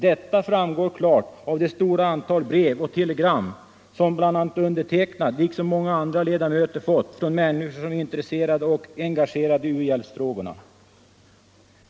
Detta framgår klart av det stora antalet brev och telegram som jag liksom många andra ledamöter fått från människor som är intresserade och engagerade i u-hjälpsfrågorna.